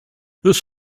this